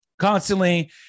constantly